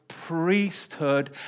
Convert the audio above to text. Priesthood